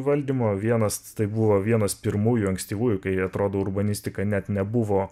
valdymo vienas tai buvo vienas pirmųjų ankstyvųjų kai atrodo urbanistika net nebuvo